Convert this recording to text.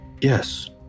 Yes